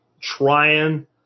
trying